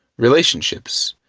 relationships,